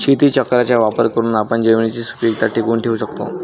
शेतीचक्राचा वापर करून आपण जमिनीची सुपीकता टिकवून ठेवू शकतो